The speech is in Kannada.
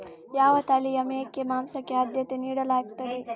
ಯಾವ ತಳಿಯ ಮೇಕೆ ಮಾಂಸಕ್ಕೆ ಆದ್ಯತೆ ನೀಡಲಾಗ್ತದೆ?